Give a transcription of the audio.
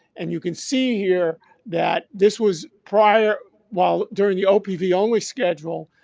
and you can see here that this was prior while during the opv only schedule,